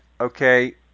Okay